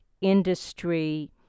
industry